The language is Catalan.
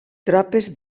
tropes